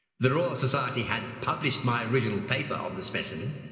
the royal society had published my original paper on the specimens.